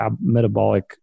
metabolic